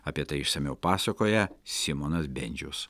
apie tai išsamiau pasakoja simonas bendžius